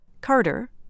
Carter